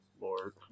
lord